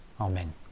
Amen